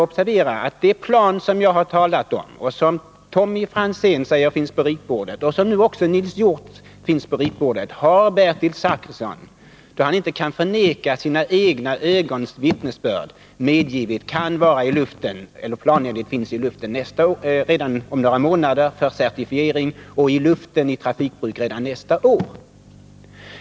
Det plan som jag har talat om, som Tommy Franzén sade finns på ritbordet och som nu också Nils Hjorth sade finns på ritbordet kan — det har Bertil Zachrisson, då han inte kan förneka sina egna ögons vittnesbörd, medgivit — planenligt finnas i luften för certifiering redan om några månader och i trafik i luften redan nästa år.